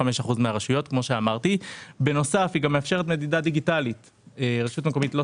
היא מאפשרת מדידה דיגיטלית; רשות מקומית לא